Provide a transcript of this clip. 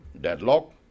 deadlock